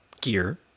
gear